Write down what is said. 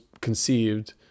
conceived